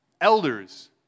elders